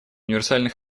универсальный